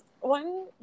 one